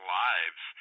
lives